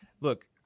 look